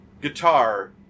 guitar